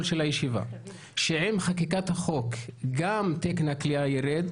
של הישיבה שעם חקיקת החוק גם תקן הכליאה יירד